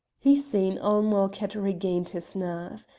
hussein-ul-mulk had regained his nerve.